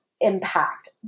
impact